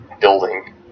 building